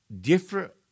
different